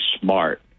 smart